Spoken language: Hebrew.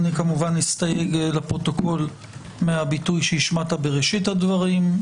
אני כמובן אסתייג לפרוטוקול מהביטוי שהשמעת בראשית הדברים,